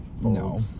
No